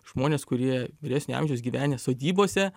žmonės kurie vyresnio amžiaus gyvenę sodybose